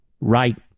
right